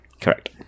Correct